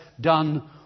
done